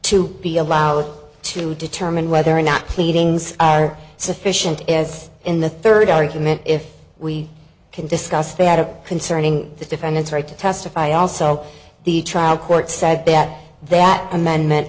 to be allowed to determine whether or not pleadings are sufficient as in the third argument if we can discuss they have concerning the defendant's right to testify also the trial court said that that amendment